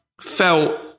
felt